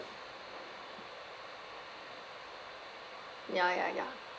ya ya ya